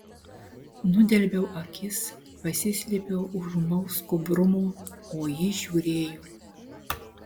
nudelbiau akis pasislėpiau už ūmaus skubrumo o ji žiūrėjo